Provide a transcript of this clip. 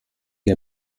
che